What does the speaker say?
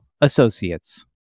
Associates